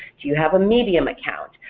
do you have a medium account?